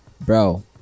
bro